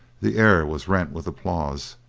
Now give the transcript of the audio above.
the air was rent with applause,